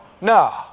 No